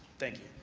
thank you.